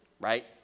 right